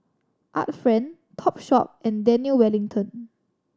Art Friend Topshop and Daniel Wellington